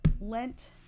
lent